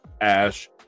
Ash